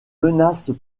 menaces